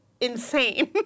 insane